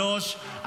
שלוש,